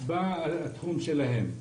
בתחום שלהם.